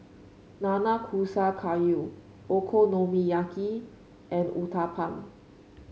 Nanakusa Gayu Okonomiyaki and Uthapam